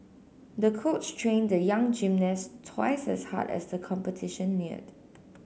the coach trained the young gymnast twice as hard as the competition neared